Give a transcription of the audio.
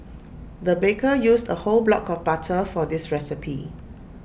the baker used A whole block of butter for this recipe